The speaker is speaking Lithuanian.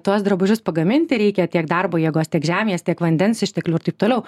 tuos drabužius pagaminti reikia tiek darbo jėgos tiek žemės tiek vandens išteklių ir taip toliau